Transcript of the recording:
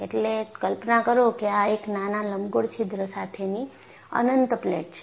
એટલે કલ્પના કરો કે આ એક નાના લંબગોળ છિદ્ર સાથેની અનંત પ્લેટ છે